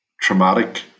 traumatic